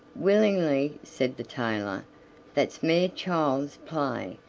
willingly, said the tailor that's mere child's play.